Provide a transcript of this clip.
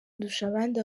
ndushabandi